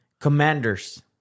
Commanders